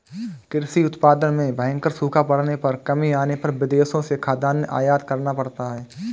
कृषि उत्पादन में भयंकर सूखा पड़ने पर कमी आने पर विदेशों से खाद्यान्न आयात करना पड़ता है